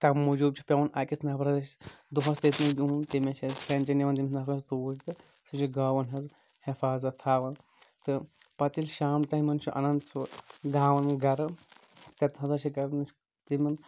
تَمہِ موٗجوٗب چھُ پیوان أکِس نفرَس اَسہِ دۄہَس تٔتنی بِہُن تٔمِس چھِ أسۍ کَنٹِنیون تٔمِس نفرَس توٗرۍ تہٕ سُہ چھُ گاون حظ حفاظَت تھاوان تہٕ پَتہ ییٚلہِ شام ٹایمَن چھِ انان سُہ گاون گرٕ تَتہِ ہسا چھِ کران أسۍ تِمن